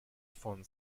von